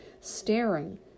staring